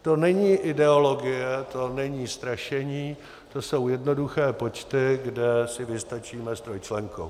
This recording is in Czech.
To není ideologie, to není strašení, to jsou jednoduché počty, kde si vystačíme s trojčlenkou.